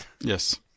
Yes